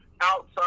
outside